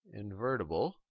invertible